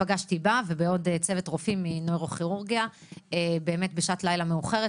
פגשתי בה ובעוד צוות רופאים מנוירוכירורגיה באמת בשעת לילה מאוחרת,